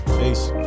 peace